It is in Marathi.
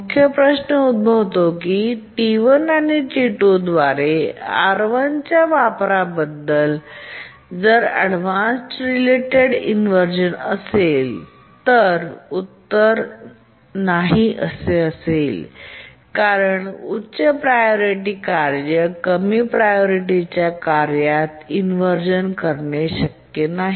मुख्य प्रश्न उद्भवतो की T1 आणि T2 द्वारे R 1 च्या वापराबद्दल आणि जर अव्हॉईडन्स रिलेटेड इन्व्हरझन असेल तर उत्तर नाही कारण उच्च प्रायोरिटी कार्य कमी प्रायोरिटी कार्यात इन्व्हरझन करणे शक्य नाही